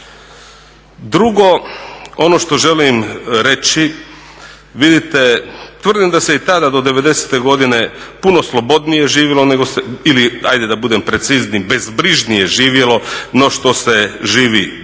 Drugo, ono što želim reći vidite tvrdim da se i tada do 90.te godine puno slobodnije živjelo, ajde da bude preciznije, bezbrižnije živjelo no što živjeli